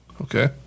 Okay